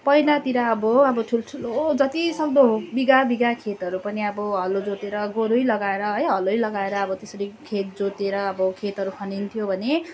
पहिलातिर अब अब ठुल्ठुलो जति सक्दो बिघा बिघा खेतहरू पनि अब हलो जोतेर गोरु लगाएर है हलो लगाएर अब त्यसरी खेत जोतेर अब खेतहरू खनिन्थ्यो भने